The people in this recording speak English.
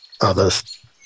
others